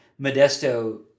Modesto